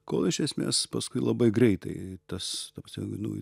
kol iš esmės paskui labai greitai tas toks jau nu